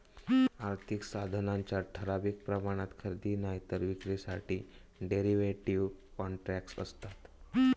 आर्थिक साधनांच्या ठराविक प्रमाणात खरेदी नायतर विक्रीसाठी डेरीव्हेटिव कॉन्ट्रॅक्टस् आसत